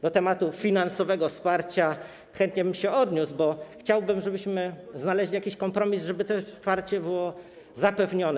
Do tematu finansowego wsparcia chętnie bym się odniósł, bo chciałbym, żebyśmy znaleźli jakiś kompromis, żeby to wsparcie było zapewnione.